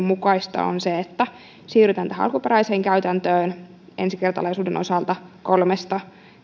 mukaista on se että siirrytään tähän alkuperäiseen käytäntöön ensikertalaisuuden osalta kolmesta